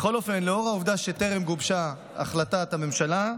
בכל אופן, לאור העובדה שטרם גובשה החלטת הממשלה,